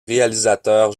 réalisateur